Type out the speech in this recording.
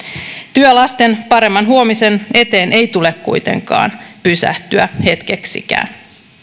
työn lasten paremman huomisen eteen ei tule kuitenkaan pysähtyä hetkeksikään